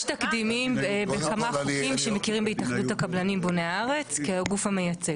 יש תקדימים בכמה חוקים שמכירים בהתאחדות הקבלנים בוני הארץ כגוף המייצג.